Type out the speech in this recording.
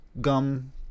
gum